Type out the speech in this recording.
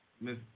Miss